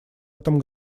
этом